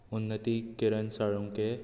Unnati Kiran Salunke